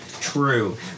True